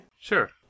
Sure